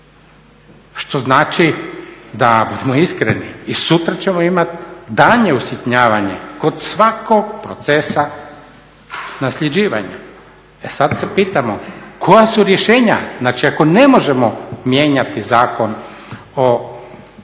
Što znači da budimo iskreni i sutra ćemo imati danje usitnjavanje kod svakog procesa nasljeđivanja. E sada se pitamo koja su rješenja, znači ako ne možemo mijenjati Zakon o